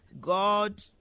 God